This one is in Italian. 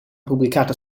pubblicata